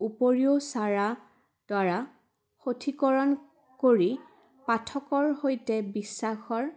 উপৰিও চাৰাদ্বাৰা সঠিকৰণ কৰি পাঠকৰ সৈতে বিশ্বাসৰ